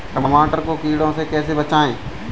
टमाटर को कीड़ों से कैसे बचाएँ?